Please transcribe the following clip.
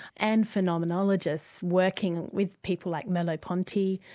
and phenomenonologists working with people like merleau-ponty,